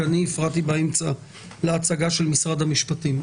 כי אני הפרעתי באמצע להצגה של משרד המשפטים.